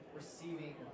receiving